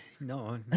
No